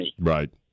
right